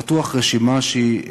בטוח רשימה שהיא,